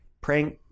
prank